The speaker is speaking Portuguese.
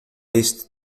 este